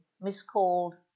miscalled